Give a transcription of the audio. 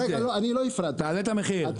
תעלה את המחיר.